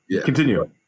continue